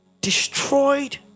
destroyed